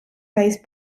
base